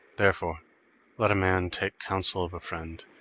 therefore let a man take counsel of a friend.